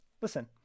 Listen